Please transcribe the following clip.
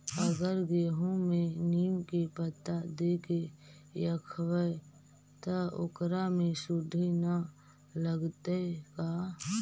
अगर गेहूं में नीम के पता देके यखबै त ओकरा में सुढि न लगतै का?